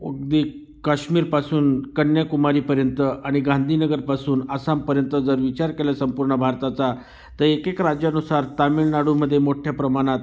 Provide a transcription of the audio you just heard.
अगदी काश्मीरपासून कन्याकुमारीपर्यंत आणि गांधीनगरपासून आसामपर्यंत जर विचार केला संपूर्ण भारताचा तर एक एक राज्यानुसार तामीळनाडूमध्ये मोठ्ठ्या प्रमाणात